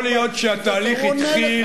יכול להיות שהתהליך התחיל,